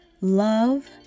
love